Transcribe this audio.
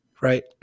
right